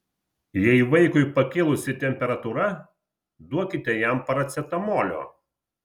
jei vaikui pakilusi temperatūra duokite jam paracetamolio